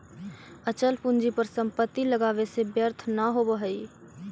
अचल पूंजी पर संपत्ति लगावे से व्यर्थ न होवऽ हई